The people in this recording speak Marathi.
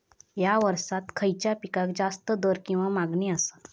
हया वर्सात खइच्या पिकाक जास्त दर किंवा मागणी आसा?